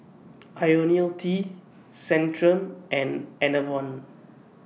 Ionil T Centrum and Enervon